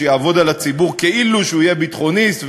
שיעבוד על הציבור כאילו הוא יהיה ביטחוניסט,